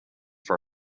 for